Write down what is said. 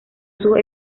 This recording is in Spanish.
sus